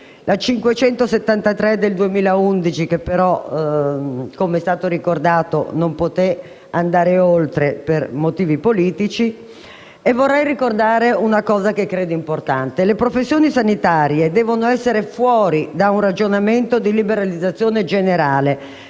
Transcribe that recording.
n. 573 del 2011 che però, come è stato ricordato, non poté andare oltre per motivi politici. Vorrei ricordare un aspetto che ritengo importante: le professioni sanitarie devono essere fuori da un ragionamento di liberalizzazione generale,